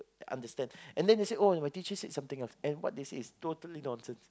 understand and then they said oh my teacher said something else and what they say is totally nonsense